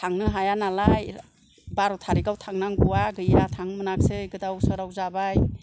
थांनो हाया नालाय बार' थारिकआव थांनांगौआ गैया थांनो मोनासै गोदाव सोराव जाबाय